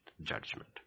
judgment